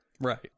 Right